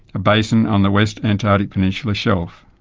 a basin on the west antarctic peninsula shelf.